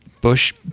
Bush